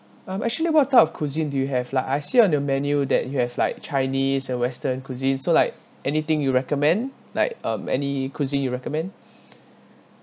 um actually what type of cuisine do you have like I see on your menu that you have like chinese and western cuisine so like anything you recommend like um any cuisine you recommend